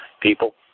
people